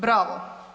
Bravo!